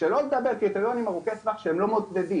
שלא לדבר על קריטריונים ארוכי טווח שהם לא מודדים.